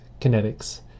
kinetics